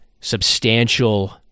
substantial